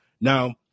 Now